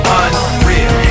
unreal